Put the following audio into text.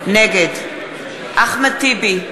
נגד אחמד טיבי,